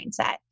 mindset